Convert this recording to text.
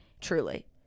Truly